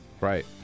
Right